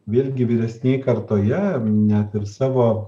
vėlgi vyresnėj kartoje net ir savo